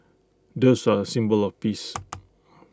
doves are A symbol of peace